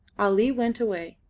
ali went away,